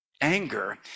anger